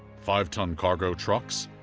five-ton cargo trucks,